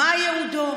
מה ייעודו?